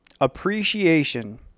appreciation